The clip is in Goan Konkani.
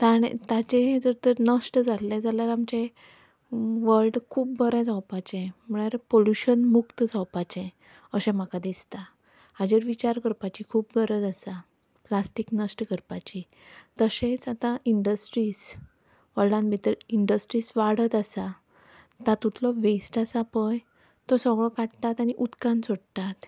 ताणें ताचें हें जर तर नश्ट जाल्लें जाल्यार आमचें वर्ल्ड खूब बरें जावपाचें म्हळ्यार पॉल्यूशन मुक्त जावपाचें अशें म्हाका दिसता हाचेर विचार करपाची खूब गरज आसा प्लास्टीक नश्ट करपाची तशेंच आतां इंडस्ट्रीज वर्ल्डान भितर इंडस्ट्रीज वाडत आसा तातुंतलो वेस्ट आसा पळय तो सगळो काडटात आनी उदकांत सोडटात